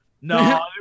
no